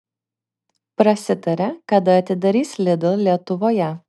prasitarė kada atidarys lidl lietuvoje